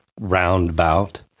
roundabout